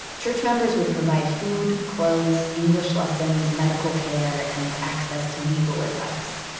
church members would provide food, clothes, english lessons, medical care, and access to legal advice.